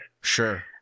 Sure